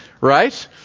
right